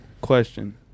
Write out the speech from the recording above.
question